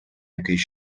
якийсь